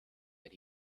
that